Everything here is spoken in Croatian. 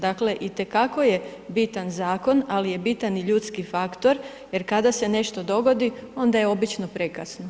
Dakle, itekako je bitan zakon, ali je bitan i ljudski faktor jer kada se nešto dogodi, onda je obično prekasno.